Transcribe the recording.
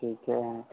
ठीके है